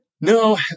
No